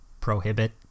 prohibit